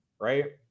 right